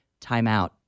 timeout